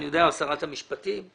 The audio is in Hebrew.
אולי שרת המשפטים,